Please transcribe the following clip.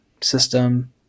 system